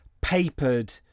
papered